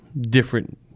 different